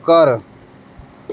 ਘਰ